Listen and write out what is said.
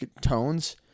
tones